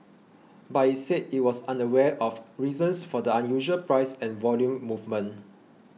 but it said it was unaware of reasons for the unusual price and volume movement